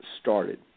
started